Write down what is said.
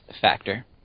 factor